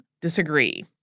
disagree